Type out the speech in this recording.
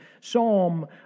psalm